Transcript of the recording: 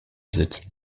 sitzen